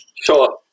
Sure